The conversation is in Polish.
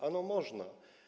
Ano można.